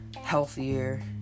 healthier